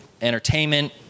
entertainment